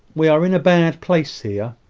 we are in a bad place here,